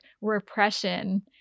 repression